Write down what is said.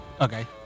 Okay